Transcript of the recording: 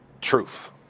truth